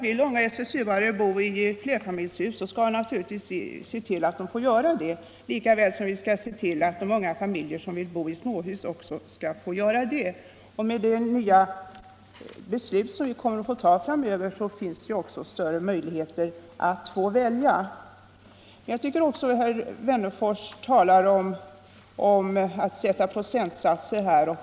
Vill SSU:are bo i flerfamiljshus skall vi naturligtvis se till att de får göra det, lika väl som vi skall se till att de unga familjer som vill bo i småhus skall få göra det. Med de beslut som vi kommer att fatta framöver blir också möjligheten att välja större. Herr Wennerfors talade om att sätta procentsatser.